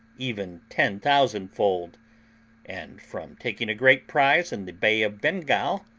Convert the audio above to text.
even ten thousand fold and from taking a great prize in the bay of bengal,